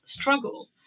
struggle